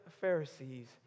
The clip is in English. Pharisees